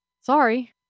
sorry